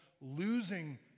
losing